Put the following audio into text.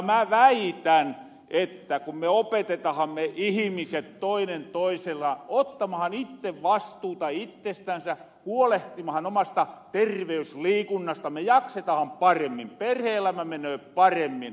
mä väitän että kun me ihimiset opetetahan toinen toisilleen ottamahan itte vastuuta ittestänsä huolehtimahan omasta terveysliikunnasta me jaksetahan paremmin perhe elämä menöö paremmin